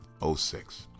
06